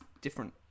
different